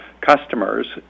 customers